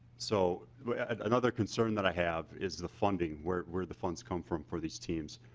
so another concern that i have is the funding where where the funds come from for these teams.